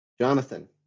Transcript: jonathan